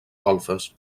golfes